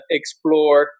explore